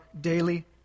daily